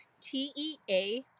T-E-A